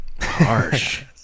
Harsh